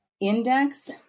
index